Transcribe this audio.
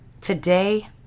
today